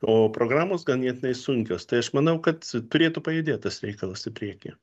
o programos ganėtinai sunkios tai aš manau kad turėtų pajudėt tas reikalas į priekį